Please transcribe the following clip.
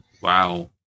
wow